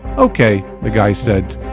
ok, the guy said,